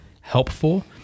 helpful